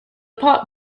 pot